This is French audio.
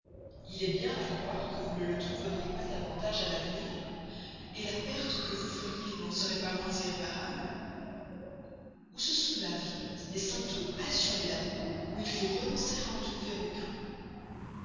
il est bien à croire que vous ne le trouveriez pas davantage à l'avenir la perte que vous feriez n'en serait pas moins irréparable ou ce sont là vicomte des symptômes infaillibles d'amour ou il faut renoncer à en trouver